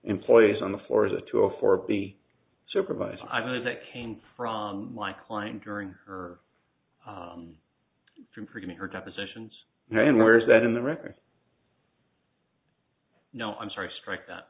employees on the floor as a tool for be supervised i learned that came from my client during her from her depositions and where is that in the record no i'm sorry strike that